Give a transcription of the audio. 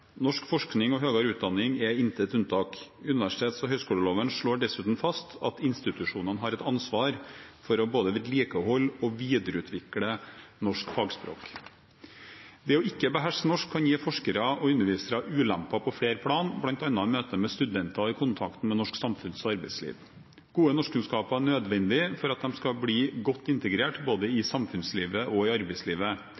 Norsk forskning og høyere utdanning er intet unntak. Universitets- og høyskoleloven slår dessuten fast at institusjonene har et ansvar for å både vedlikeholde og videreutvikle norsk fagspråk. Det å ikke beherske norsk kan gi forskere og undervisere ulemper på flere plan, bl.a. i møte med studenter og i kontakten med norsk samfunns- og arbeidsliv. Gode norskkunnskaper er nødvendig for at de skal bli godt integrert i både